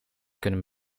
kunnen